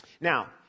Now